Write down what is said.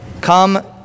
come